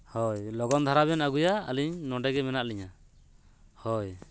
ᱦᱳᱭ ᱞᱚᱜᱚᱱ ᱫᱷᱟᱨᱟ ᱵᱮᱱ ᱟᱹᱜᱩᱭᱟ ᱟᱹᱞᱤᱧ ᱱᱚᱰᱮ ᱜᱮ ᱢᱮᱱᱟᱜ ᱞᱤᱧᱟ ᱦᱳᱭ